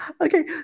Okay